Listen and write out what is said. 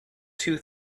two